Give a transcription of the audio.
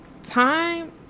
Time